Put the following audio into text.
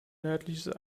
nördliches